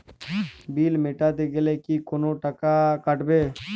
বিল মেটাতে গেলে কি কোনো টাকা কাটাবে?